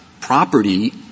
property